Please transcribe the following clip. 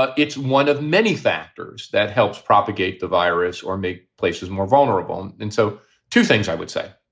but it's one of many factors that helps propagate the virus or make places more vulnerable. and so two things i would say.